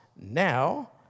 now